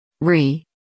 re